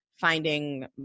finding